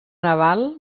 naval